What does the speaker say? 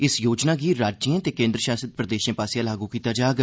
इस योजना गी राज्यें ते केन्द्र शासित प्रदेशें आसेआ लागू कीता जाग